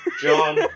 john